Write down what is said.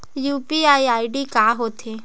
UPI ID का होथे?